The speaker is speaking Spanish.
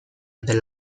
del